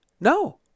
no